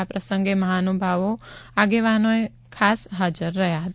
આ પ્રસંગે મહાનુભાવો આગેવાનો એ ખાસ હાજર રહ્યા હતા